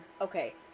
Okay